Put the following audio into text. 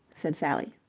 said sally.